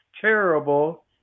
terrible